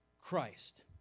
Christ